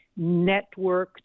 networked